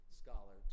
scholar